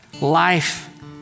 Life